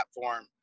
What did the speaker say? platform